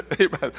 amen